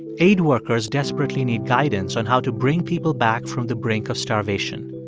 aid workers desperately need guidance on how to bring people back from the brink of starvation.